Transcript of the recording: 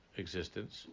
existence